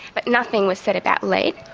but nothing was said about lead.